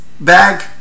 bag